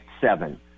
seven